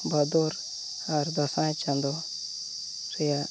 ᱵᱷᱟᱫᱚᱨ ᱟᱨ ᱫᱟᱸᱥᱟᱭ ᱪᱟᱸᱫᱳ ᱨᱮᱭᱟᱜ